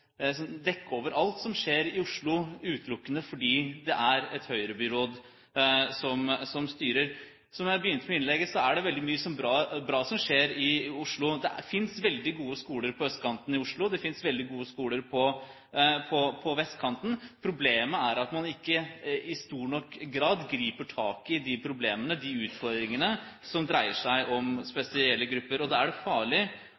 dekke over alt som skjer i Oslo, utelukkende fordi det er et høyrebyråd som styrer. Som jeg begynte innlegget, er det veldig mye bra som skjer i Oslo. Det finnes veldig gode skoler på østkanten i Oslo, det finnes veldig gode skoler på vestkanten. Problemet er at man ikke i stor nok grad griper tak i de problemene og de utfordringene som dreier seg om spesielle grupper. Da er det farlig